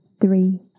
three